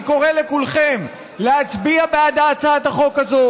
אני קורא לכולכם להצביע בעד הצעת החוק הזו,